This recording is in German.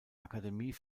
akademie